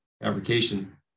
fabrication